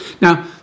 Now